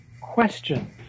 question